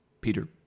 Peter